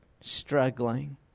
struggling